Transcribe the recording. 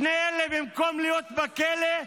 שני אלה, במקום להיות בכלא,